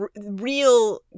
real